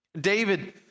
David